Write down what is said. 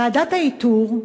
ועדת האיתור,